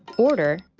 order,